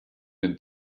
den